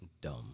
dumb